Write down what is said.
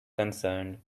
concerned